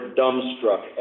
dumbstruck